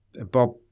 Bob